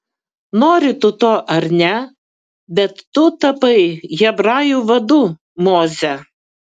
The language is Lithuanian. nori tu to ar ne bet tu tapai hebrajų vadu moze